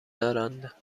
دارند